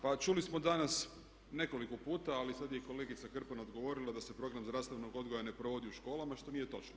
Pa čuli smo danas nekoliko puta, ali sad je i kolegica Krpan odgovorila da se program zdravstvenog odgoja ne provodi u školama što nije točno.